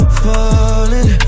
falling